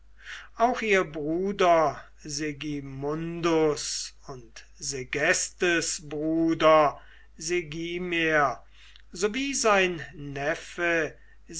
auch ihr bruder segimundus und segestes bruder segimer sowie sein neffe